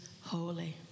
holy